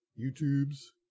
YouTube's